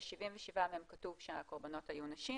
ב-77 מהם כתוב שהקורבנות היו נשים.